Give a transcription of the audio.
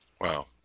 Wow